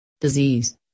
disease